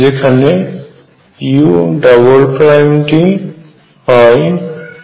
যেখানে u টি হয় d2udr2